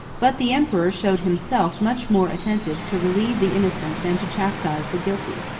but the emperor showed himself much more attentive to relieve the innocent than to chastise the guilty.